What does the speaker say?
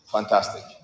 Fantastic